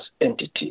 entity